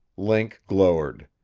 link glowered.